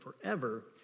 forever